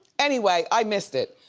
anyway, i missed it,